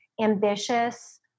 ambitious